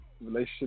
Relationship